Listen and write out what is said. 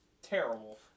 Terrible